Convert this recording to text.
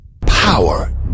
Power